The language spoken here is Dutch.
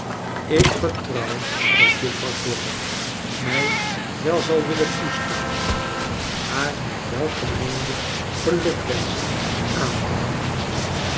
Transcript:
ik vertrouw dat juffrouw dorrit mij wel zal willen toestaan haar mijn welgemeende gelukwenschen aan te bieden